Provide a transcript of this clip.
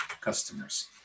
customers